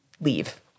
leave